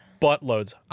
Buttloads